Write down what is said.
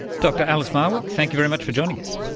dr alice marwick, thank you very much for joining us.